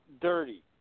dirty